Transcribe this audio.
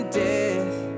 death